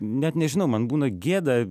net nežinau man būna gėda